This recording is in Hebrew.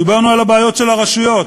דיברנו על הבעיות של הרשויות.